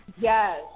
yes